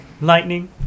lightning